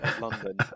London